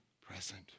present